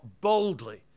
boldly